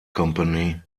company